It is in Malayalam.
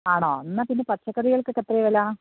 ആണോ എന്നാൽപ്പിന്നെ പച്ചക്കറികൾക്കൊക്കെ എത്രയാണ് വില